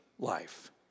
life